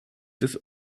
des